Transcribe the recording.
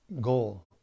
goal